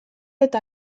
eta